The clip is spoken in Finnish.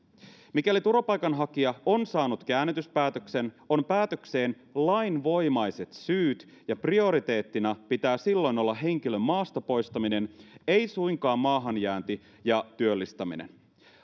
mikäli turvapaikanhakija on saanut käännytyspäätöksen on päätökseen lainvoimaiset syyt ja prioriteettina pitää silloin olla henkilön maasta poistaminen ei suinkaan maahanjäänti ja työllistäminen